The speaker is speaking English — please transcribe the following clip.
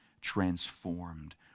transformed